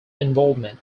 involvement